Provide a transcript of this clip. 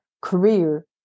career